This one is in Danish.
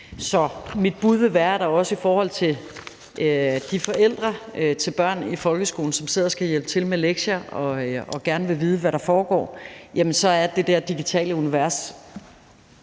Så mit bud vil være, at i forhold til de forældre til børn i folkeskolen, som sidder og skal hjælpe til med lektier og gerne vil vide, hvad der foregår, er det der digitale univers